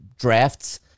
drafts